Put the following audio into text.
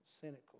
cynical